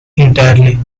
entirely